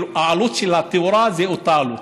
העלות של התאורה זו אותה עלות,